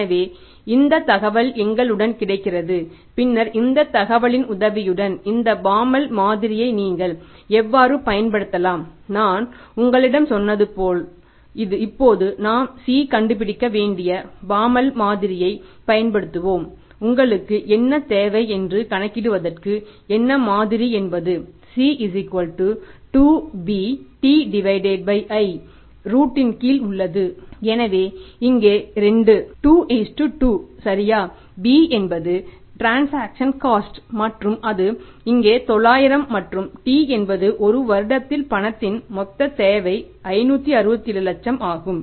எனவே இந்த தகவல் எங்களுடன் கிடைக்கிறது பின்னர் இந்த தகவலின் உதவியுடன் இந்த பாமால் மற்றும் அது இங்கே 900 மற்றும் T என்பது ஒரு வருடத்தில் பணத்தின் மொத்த தேவை 567 லட்சம் ஆகும்